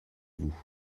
vous